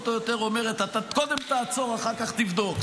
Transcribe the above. או יותר אומרת: קודם תעצור ואחר כך תבדוק,